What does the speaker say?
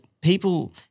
people